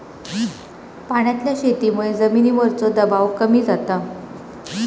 पाण्यातल्या शेतीमुळे जमिनीवरचो दबाव कमी जाता